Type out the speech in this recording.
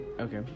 Okay